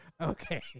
Okay